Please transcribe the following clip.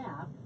app